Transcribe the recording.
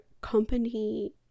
company